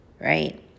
right